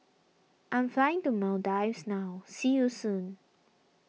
I am flying to Maldives now see you soon